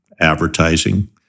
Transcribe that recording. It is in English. advertising